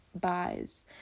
buys